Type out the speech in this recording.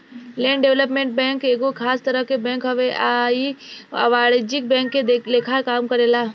land development bank एगो खास तरह के बैंक हवे आ इ अवाणिज्यिक बैंक के लेखा काम करेला